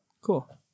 Cool